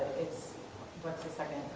it's what's the second,